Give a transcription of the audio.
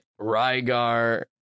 Rygar